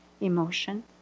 emotion